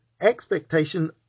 expectation